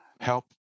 help